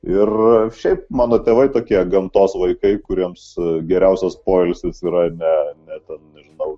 ir šiaip mano tėvai tokie gamtos vaikai kuriems geriausias poilsis yra ne ne ten nežinau